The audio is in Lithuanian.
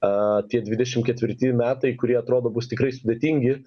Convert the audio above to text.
a tie dvidešimt ketvirti metai kurie atrodo bus tikrai sudėtingi